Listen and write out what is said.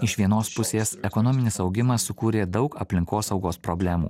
iš vienos pusės ekonominis augimas sukūrė daug aplinkosaugos problemų